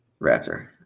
Raptor